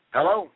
Hello